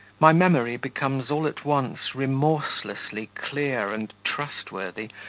my memory becomes all at once remorselessly clear and trustworthy,